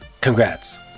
congrats